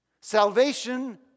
Salvation